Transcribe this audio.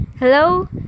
Hello